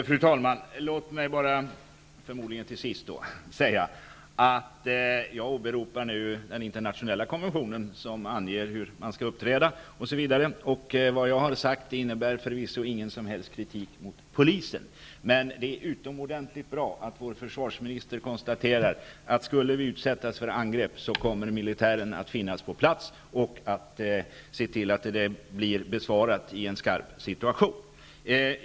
Fru talman! Låt mig till sist säga att jag åberopar nu den internationella konventionen som bl.a. anger hur man skall uppträda. Vad jag har sagt innebär förvisso ingen som helst kritik mot polisen. Men det är utomordentligt bra att vår försvarsminister konstaterar att om vi skulle utsättas för angrepp så kommer militären att finnas på plats och se till att det blir besvarat.